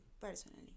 personally